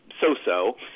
so-so